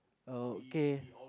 okay